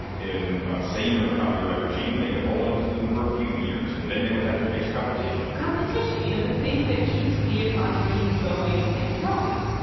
in a saner copyright regime, they could hold onto them for a few years, and then they would have to face competition competition, you know, the thing that keeps the economy going and growing.